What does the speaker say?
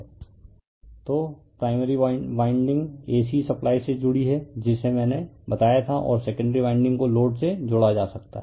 refer slide time 0321 तो primary winding AC supply से जुड़ी है जिसे मैंने बताया था और सेकेंडरी वाइंडिंग को लोड से जोड़ा जा सकता है